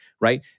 right